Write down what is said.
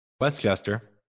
Westchester